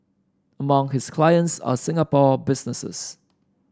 among his clients are Singapore businesses